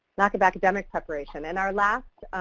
lack of academic preparation. and our last,